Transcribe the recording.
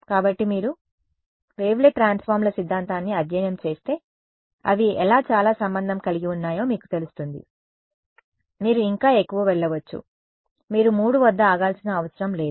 కాబట్టి మీరు వేవ్లెట్ ట్రాన్స్ఫార్మ్ల సిద్ధాంతాన్ని అధ్యయనం చేస్తే అవి ఎలా చాలా సంబంధం కలిగి ఉన్నాయో మీకు తెలుస్తుంది మీరు ఇంకా ఎక్కువ వెళ్ళవచ్చు మీరు 3 వద్ద ఆగాల్సిన అవసరం లేదు